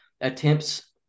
attempts